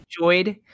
enjoyed